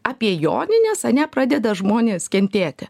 apie jonines ane pradeda žmonės kentėti